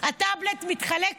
הטאבלט מתחלק לשניים: